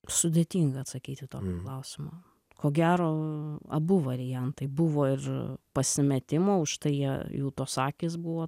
sudėtinga atsakyt į tokį klausimą ko gero abu variantai buvo ir pasimetimo už tai jie jų tos akys buvo